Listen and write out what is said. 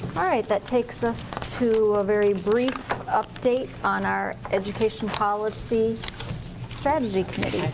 alright that takes us to a very brief update on our education policy strategy